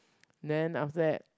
then after that